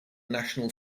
national